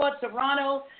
Toronto